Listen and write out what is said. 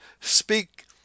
speak